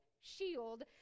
shield